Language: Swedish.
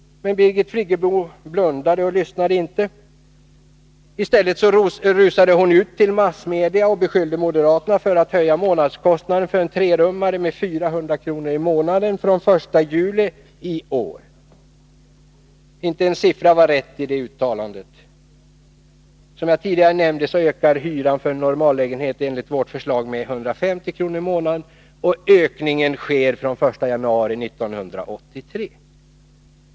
Men Birgit Friggebo blundade och lyssnade inte. I stället rusade hon till massmedia och beskyllde moderaterna för att höja månadskostnaden för en trerummare med 400 kr. per månad från den 1 juli i år. Inte en siffra var rätt i det uttalandet. Som jag tidigare nämnde ökar hyran för en normallägenhet enligt vårt förslag med ca 150 kr. per månad, och ökningen kommer först i januari 1983.